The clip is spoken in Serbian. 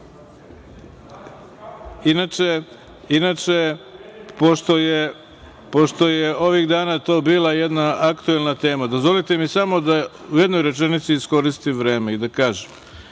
Srbije. Inače, pošto je ovih dana to bila jedna aktuelna tema. Dozvolite mi samo da u jednoj rečenici iskoristim vreme i da kažem,